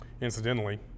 Incidentally